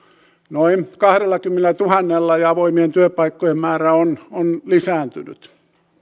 noin kahdellakymmenellätuhannella ja avoimien työpaikkojen määrä on on lisääntynyt